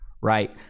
right